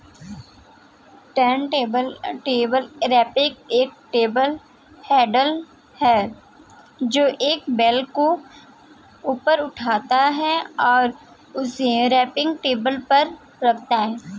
turntable wrapper एक bale handler है, जो एक बेल को ऊपर उठाता है और उसे रैपिंग टेबल पर रखता है